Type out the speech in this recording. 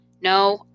No